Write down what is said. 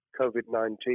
COVID-19